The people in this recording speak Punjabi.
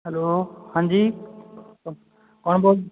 ਹੈਲੋ ਹਾਂਜੀ ਕੌਣ ਬੋਲ